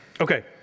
Okay